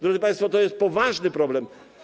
Drodzy państwo, to jest poważny problem.